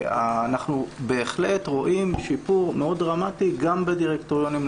אנחנו בהחלט רואים שיפור מאוד דרמטי גם בדירקטוריונים.